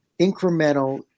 incremental